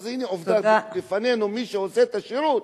אבל הנה עובדה לפנינו: מי שעושה את השירות,